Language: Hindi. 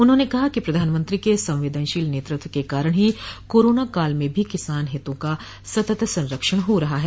उन्होंने कहा कि प्रधानमंत्री के संवेदनशील नेतृत्व के कारण ही कोरोना काल में भी किसान हितों का सतत संरक्षण हा रहा है